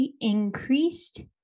increased